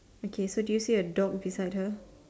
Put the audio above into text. okay so do you see a dog beside her